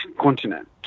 continent